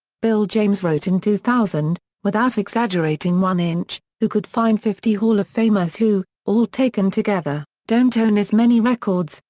bill james wrote in two thousand, without exaggerating one inch, you could find fifty hall of famers who, all taken together, don't own as many records,